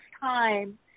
time